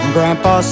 Grandpa